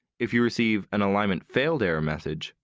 if you receive an alignment failed error message,